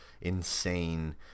insane